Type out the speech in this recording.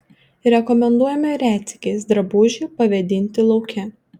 rekomenduojame retsykiais drabužį pavėdinti lauke